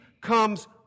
comes